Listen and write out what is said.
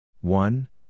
one